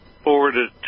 Forwarded